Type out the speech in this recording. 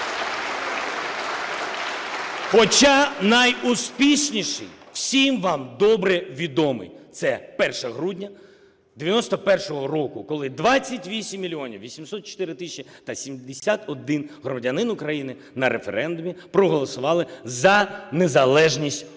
Хоча найуспішніший всім вам добре відомий – це 1 грудня 1991 року, коли 28 мільйонів 804 тисячі та 71 громадянин України на референдумі проголосували за незалежність України.